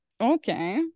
Okay